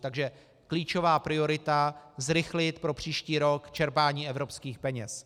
Takže klíčová priorita zrychlit pro příští rok čerpání evropských peněz.